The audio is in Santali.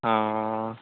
ᱚᱻ